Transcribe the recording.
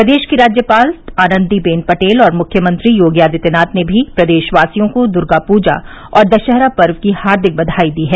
प्रदेश की राज्यपाल आनन्दीबेन पटेल और मुख्यमंत्री योगी आदित्यनाथ ने भी प्रदेशवासियों को दुर्गा पूजा और दशहरा पर्व की हार्दिक बधाई दी है